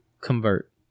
convert